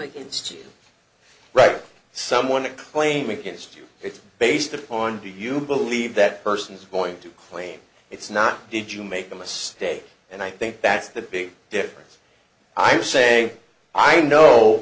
against you right someone to claim against you it's based upon do you believe that person is going to claim it's not did you make the mistake and i think that's the big difference i'm saying i know